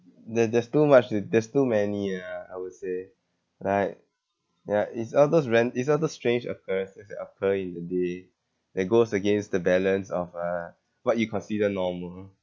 there there's too much there there's too many ah I would say like ya it's all those ran~ it's all those strange occurrences that occur in a day that goes against the balance of uh what you consider normal